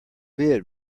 bid